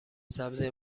سبزی